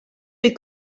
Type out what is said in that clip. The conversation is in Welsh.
oedd